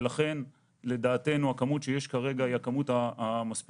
ולכן לדעתנו הכמות שיש כרגע היא הכמות המספיקה,